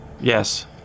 yes